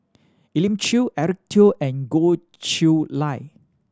Elim Chew Eric Teo and Goh Chiew Lye